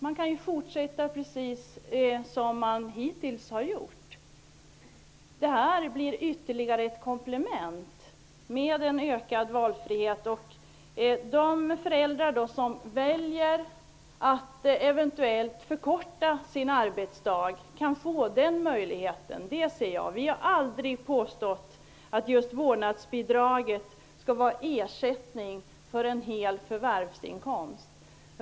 De kan fortsätta precis som de hittills har gjort. Det här blir ett komplement som innebär ökad valfrihet. De föräldrar som vill det kan välja att förkorta sin arbetsdag. Vi har aldrig påstått att just vårdnadsbidraget skulle vara en ersättning för en hel förvärvsinkomst.